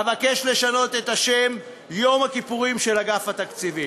אבקש לשנות את השם: "יום הכיפורים של אגף התקציבים".